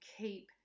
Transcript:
keep